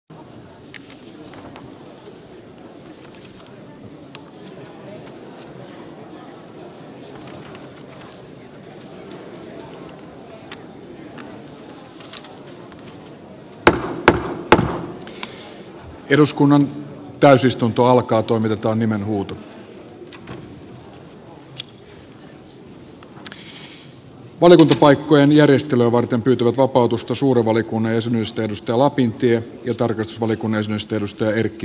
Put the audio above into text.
valiokuntapaikkojen järjestelyä varten pyytävät vapautusta suuren valiokunnan jäsenyydestä annika lapintie ja tarkastusvaliokunnan jäsenyydestä erkki virtanen